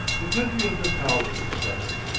the country of natal was discovered.